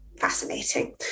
fascinating